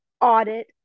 audit